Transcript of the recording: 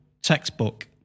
textbook